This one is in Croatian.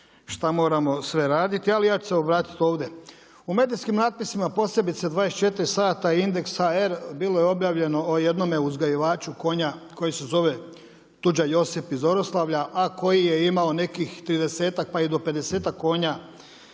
U medijskim natpisima posebice 24 sata i indeks.hr bilo je obavljeno o jednome uzgajivaču konja koji se zove Tuđa Josip iz Oroslavlja, a koji je imao nekih 30-tak pa i do 50-tak konja